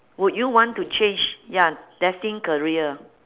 would you want to change ya destined career